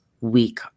weak